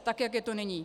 Tak jak je to nyní.